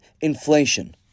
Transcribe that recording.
inflation